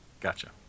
Gotcha